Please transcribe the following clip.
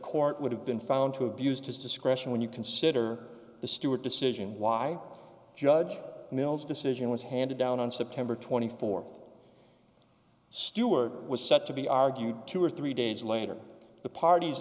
court would have been found to abused his discretion when you consider the stuart decision why judge mills decision was handed down on september th stewart was set to be argued two or three days later the parties